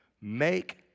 make